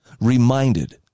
reminded